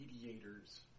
mediators